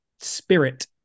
spirit